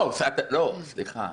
לא, סליחה.